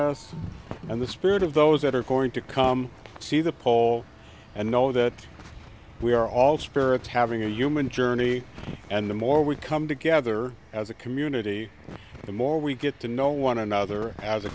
us and the spirit of those that are going to come see the pole and know that we are all spirits having a human journey and the more we come together as a community the more we get to know one another as a